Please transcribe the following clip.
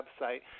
website